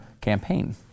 campaign